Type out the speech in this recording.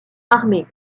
armés